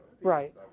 Right